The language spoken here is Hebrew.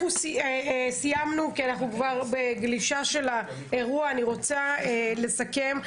אנחנו סיימנו, אני רוצה לסכם.